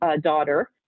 daughter